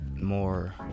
more